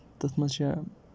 تَتھ منٛز چھےٚ